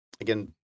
again